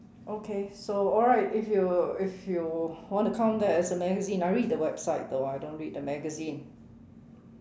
okay so alright if you if you want to count that as a magazine I read the website though I don't read the magazine